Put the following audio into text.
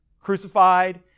crucified